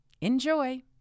Enjoy